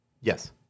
Yes